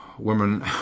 Women